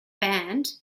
band